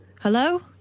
Hello